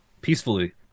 Peacefully